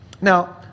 Now